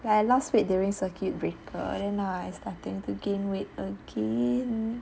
like last week during circuit breaker then now I starting to gain weight again